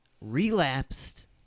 relapsed